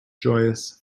joyous